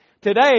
Today